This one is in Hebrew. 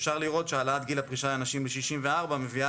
ואפשר לראות שהעלאת גיל הפרישה לנשים לגיל 64 מביאה